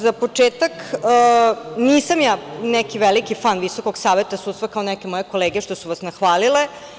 Za početak, nisam ja neki veliki fan Visokog saveta sudstva, kao neke moje kolege što su vas nahvalile.